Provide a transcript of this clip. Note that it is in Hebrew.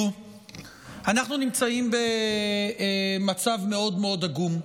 אנחנו נמצאים במצב מאוד מאוד עגום,